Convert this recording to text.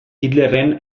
hitlerren